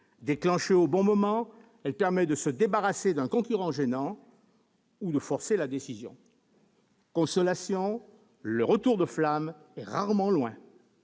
Déclenchée au bon moment, celle-ci permet de se débarrasser d'un concurrent gênant ou de forcer la décision. Consolation : le retour de flamme est rarement loin